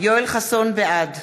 בעד